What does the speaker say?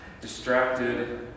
distracted